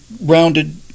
rounded